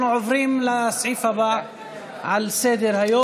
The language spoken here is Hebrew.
אנחנו עוברים לסעיף הבא על סדר-היום: